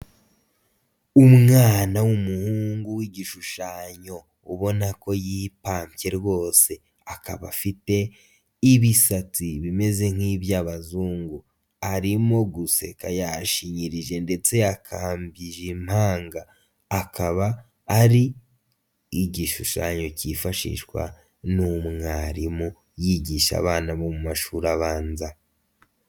Umwana w'umuhungu w'igishushanyo ubona ko yipampye rwose akaba afite ibishyaka bimeze nk'iby'abazungu, arimo guseka yashinyirije ndetse yakambije impanga. Akaba ari igishushanyo kifashishwa n'umwarimu yigisha abana mu mashuri abanza.